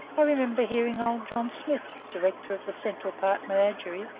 i remember hearing old john smith, director of the central park menagerie,